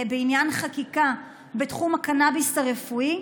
עניין החקיקה בתחום הקנביס הרפואי.